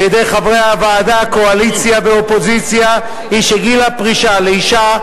לצערי, ועדיין שעת החירום לא משה.